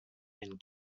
been